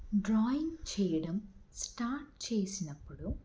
drawing చేయడం start చేసినప్పుడు